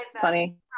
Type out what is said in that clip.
Funny